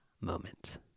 moment